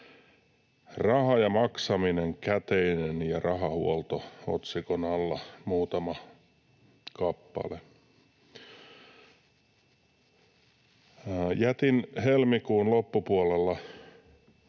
Raha ja maksaminen, Käteinen ja rahahuolto -otsikon alla muutama kappale. Jätin helmikuun loppupuolella